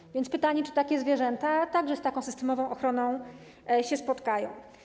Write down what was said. Jest więc pytanie, czy takie zwierzęta także z taką systemową ochroną się spotkają.